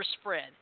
spread